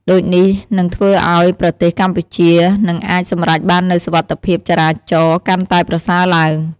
ដូចនេះ នឹងធ្វើឪ្យប្រទេសកម្ពុជានឹងអាចសម្រេចបាននូវសុវត្ថិភាពចរាចរណ៍កាន់តែប្រសើរឡើង។